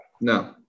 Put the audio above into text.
No